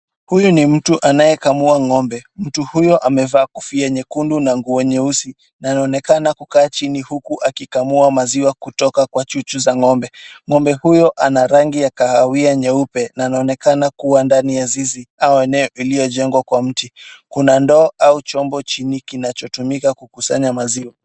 Huyu ni mtu anayekamua ng'ombe. Mtu huyu amevaa kofia nyekundu na nguo nyeusi na anaonekana kukaa chini huku akikamua maziwa kutoka kwa chuchu za ng'ombe. Ng'ombe huyu ana rangi ya kahawia nyeupe na anaonekana kuwa ndani ya zizi au eneo iliyojengwa kwa mti. Kuna ndoo au chombo chini kinachotumika kukusanya maziwa.